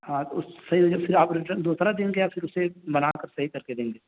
ہاں تو اس سے پھر آپ ریٹن دوسرا دیں گے یا پھر اسے بنا کر صحیح کر کے دیں گے